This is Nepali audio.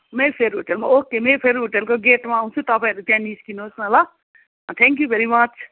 मेफेयर होटेल मेफेयर होटेलको गेटमा आउँछु तपाईँहरू त्यहाँ निस्कनुहोस् न ल थ्याङ्क यू भेरी मच